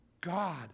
God